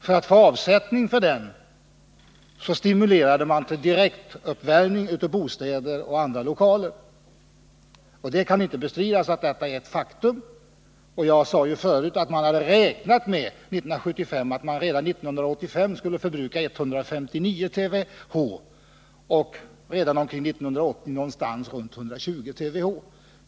För att få avsättning för den stimulerade man till direktuppvärmning av bostäder och andra lokaler, och det kan inte bestridas att detta är ett faktum. Jag sade förut att man hade räknat med år 1975 att det redan 1985 skulle förbrukas 159 TWh och redan omkring 1980 någonstans runt 120 TWh.